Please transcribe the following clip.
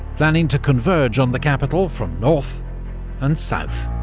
planning to converge on the capital from north and south.